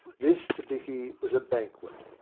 this to dicky was a banquet.